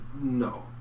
No